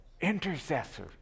Intercessor